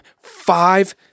five